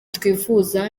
twifuza